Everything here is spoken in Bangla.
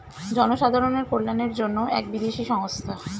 জনসাধারণের কল্যাণের জন্য এক বিদেশি সংস্থা